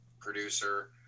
producer